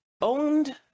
owned